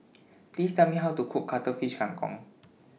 Please Tell Me How to Cook Cuttlefish Kang Kong